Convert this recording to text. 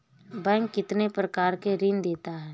Bank कितने प्रकार के ऋण देता है?